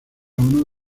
uno